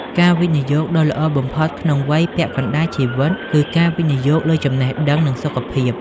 ការវិនិយោគដ៏ល្អបំផុតក្នុងវ័យពាក់កណ្តាលជីវិត គឺការវិនិយោគលើ "ចំណេះដឹង" និង "សុខភាព"។